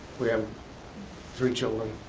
we have three children,